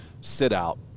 sit-out